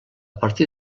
partir